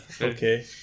Okay